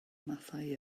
mathau